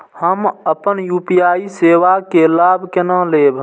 हम अपन यू.पी.आई सेवा के लाभ केना लैब?